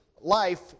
life